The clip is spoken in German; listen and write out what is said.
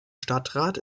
stadtrat